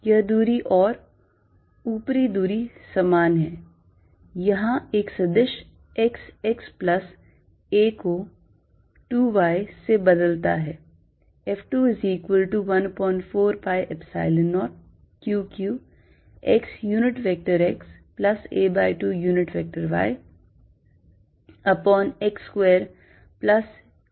यह दूरी और ऊपरी दूरी समान है यहाँ एक सदिश x x plus a को 2 y से बदलता है